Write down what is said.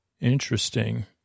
Interesting